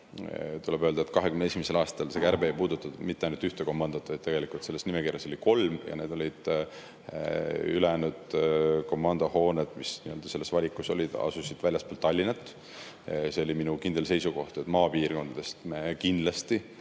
Tuleb öelda, et see 2021. aasta kärbe ei puudutanud mitte ainult ühte komandot, vaid tegelikult selles nimekirjas oli kolm. Ülejäänud komandohooned, mis selles valikus olid, asusid väljaspool Tallinna. See oli minu kindel seisukoht, et maapiirkondades me kindlasti